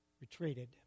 retreated